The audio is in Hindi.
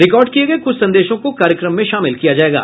रिकॉर्ड किए गए कुछ संदेशों को कार्यक्रम में शामिल किया जाएगा